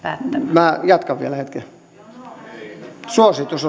minä jatkan vielä hetken suositus on suositus